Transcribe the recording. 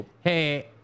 hey